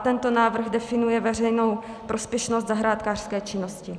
Tento návrh definuje veřejnou prospěšnost zahrádkářské činnosti.